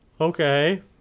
okay